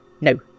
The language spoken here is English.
No